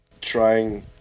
trying